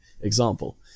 example